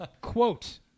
Quote